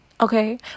Okay